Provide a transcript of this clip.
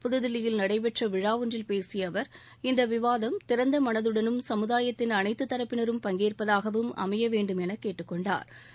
புதுதில்லியில் நடைபெற்ற விழா ஒன்றில் பேசிய அவா இந்த விவாதம் திறந்த மனதுடனும் சமுதாயத்தின் அனைத்துத்தரப்பினரும் பங்கேற்பதாகவும் அமைய வேண்டும் என கேட்டுக்கொண்டாா்